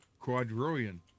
Quadrillion